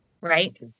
right